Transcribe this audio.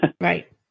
Right